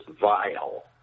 Vile